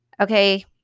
okay